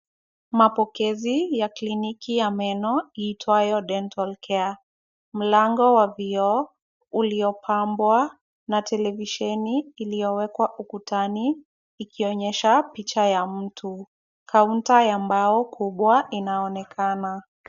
Mapokezi ya kliniki ya meno iitwayo Dental Care. Mlango wa vioo uliopambwa na televisheni iliyowekwa ukutani ikionyesha picha ya mtu. Kaunta ya mbao kubwa inaonekana.